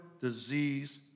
disease